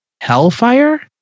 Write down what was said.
Hellfire